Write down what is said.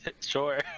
sure